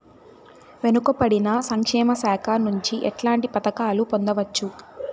వెనుక పడిన సంక్షేమ శాఖ నుంచి ఎట్లాంటి పథకాలు పొందవచ్చు?